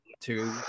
two